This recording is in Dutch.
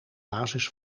basis